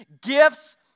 gifts